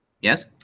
Yes